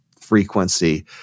frequency